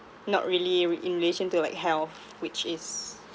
not really re~ in relation to like health which is